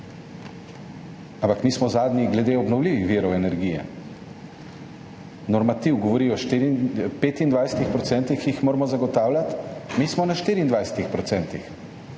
ampak mi smo zadnji glede obnovljivih virov energije. Normativ govori o 25 %, ki jih moramo zagotavljati, mi smo na 24 %.